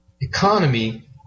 economy